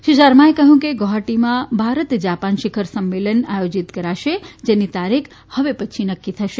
શ્રી સરમાએ કહ્યું કે ગુવાહાટીમાં ભારત જાપાન શિખર સંમેલન આયોજિત થશે જેની તારીખ હવે નક્કી થશે